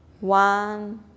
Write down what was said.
one